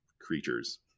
creatures